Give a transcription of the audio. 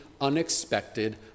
unexpected